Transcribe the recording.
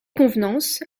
convenances